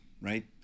right